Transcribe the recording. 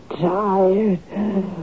tired